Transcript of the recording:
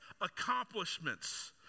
accomplishments